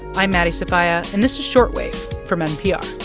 i'm maddie sofia, and this is short wave from npr